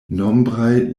nombraj